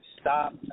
stop